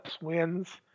wins